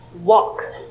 Walk